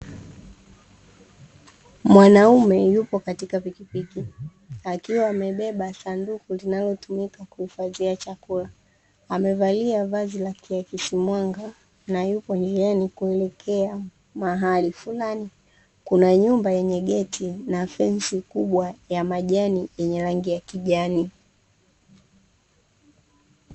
Mwanaume yupo katika pikipiki akiwa amebeba sanduku linalotumika kuhifadhia chakula. Amevalia vazi la kiakisi mwanga na yupo njiani kuelekea mahali fulani. Kuna nyumba yenye geti na fensi kubwa ya majani yenye rangi ya kijani.